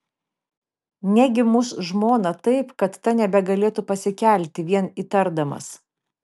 negi muš žmoną taip kad ta nebegalėtų pasikelti vien įtardamas